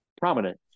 prominent